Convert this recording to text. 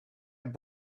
had